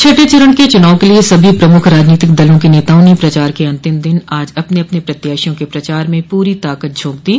छठें चरण के चुनाव के लिये सभी प्रमुख राजनीतिक दलों के नेताओं ने प्रचार के अंतिम दिन आज अपने अपने प्रत्याशियों के प्रचार में पूरी ताकत झोंक दी